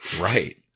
Right